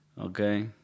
okay